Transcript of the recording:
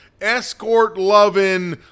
escort-loving